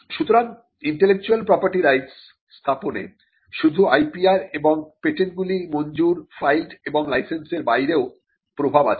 সুতরাং intellectual property rights স্থাপনে শুধু IPR এবং পেটেন্টগুলি মঞ্জুরফাইলড এবং লাইসেন্সের বাইরেও প্রভাব আছে